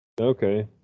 Okay